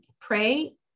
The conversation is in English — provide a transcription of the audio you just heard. pray